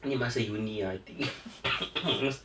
ni masih uni ah I think because